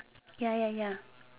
ya ya ya